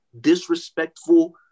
disrespectful